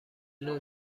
نوع